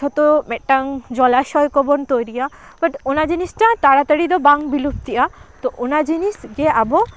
ᱡᱚᱛᱚ ᱢᱤᱫᱴᱟᱝ ᱡᱚᱞᱟᱥᱚᱭ ᱠᱚᱵᱚᱱ ᱛᱳᱭᱨᱤᱭᱟ ᱵᱟᱴ ᱚᱱᱟ ᱡᱤᱱᱤᱥᱴᱟ ᱛᱟᱲᱟᱛᱟᱹᱲᱤ ᱫᱚ ᱵᱟᱝ ᱵᱤᱞᱩᱯᱛᱤᱜᱼᱟ ᱛᱳ ᱚᱱᱟ ᱡᱤᱱᱤᱥ ᱜᱮ ᱟᱵᱚ